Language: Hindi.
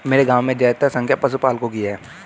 मेरे गांव में ज्यादातर संख्या पशुपालकों की है